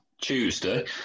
Tuesday